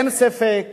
אין ספק